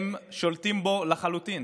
הם שולטים בו לחלוטין: